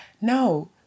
No